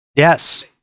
Yes